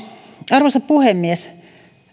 arvoisa puhemies